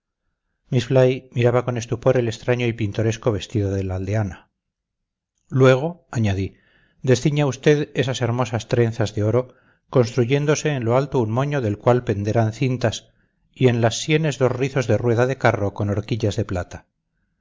miraba con estupor el extraño y pintoresco vestido de la aldeana luego añadí desciña usted esas hermosas trenzas de oro construyéndose en lo alto un moño del cual penderán cintas y en las sienes dos rizos de rueda de carro con horquillas de plata